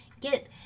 get